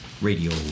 Radio